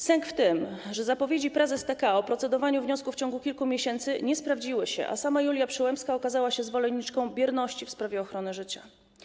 Sęk w tym, że zapowiedzi prezes TK o procedowaniu nad wnioskiem w ciągu kilku miesięcy nie sprawdziły się, a sama Julia Przyłębska okazała się zwolenniczką bierności w sprawie ochrony życia.